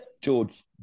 George